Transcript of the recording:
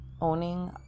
owning